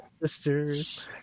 Sisters